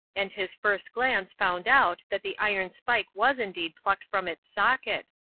and his first glance found out that the iron spike was indeed plucked from its socket,